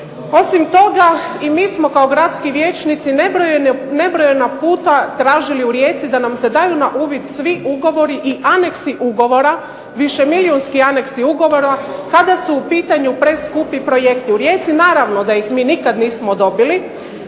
Osim toga, i mi smo kao gradski vijećnici nebrojeno puta tražili u Rijeci da nam se daju na uvid svi ugovori i aneksi ugovora, višemilijunski aneksi ugovora kada su u pitanju preskupi projekti. U Rijeci naravno da ih mi nikad nismo dobili